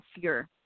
fear